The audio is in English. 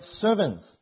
servants